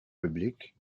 publics